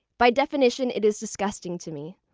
by definition, it is disgusting to me.